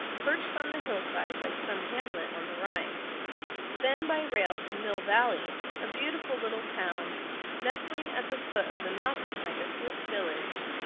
perched on the hillside like some hamlet on the rhine then by rail to mill valley, a beautiful little town nestling at the foot of the mountain like a swiss village.